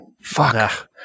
Fuck